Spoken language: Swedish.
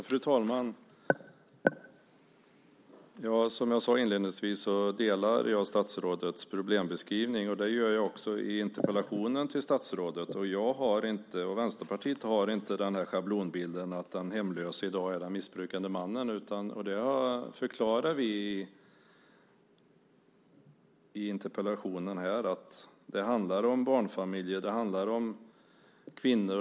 Fru talman! Som jag sade inledningsvis delar jag statsrådets problembeskrivning. Det gör jag också i interpellationen till statsrådet. Jag och Vänsterpartiet har inte den här schablonbilden att den hemlöse i dag är den missbrukande mannen. Och jag förklarar i interpellationen att det handlar om barnfamiljer. Det handlar om kvinnor.